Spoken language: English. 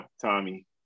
Tommy